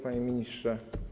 Panie Ministrze!